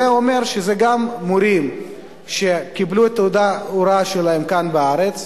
זה אומר שזה גם מורים שקיבלו את תעודת ההוראה שלהם כאן בארץ,